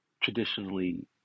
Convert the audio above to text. traditionally